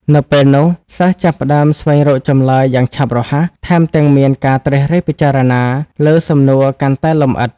ពេលនោះសិស្សចាប់ផ្តើមស្វែងរកចម្លើយយ៉ាងឆាប់រហ័ស ថែមទាំងមានការត្រិះរិះពិចារណាលើសំណួរកាន់តែលម្អិត។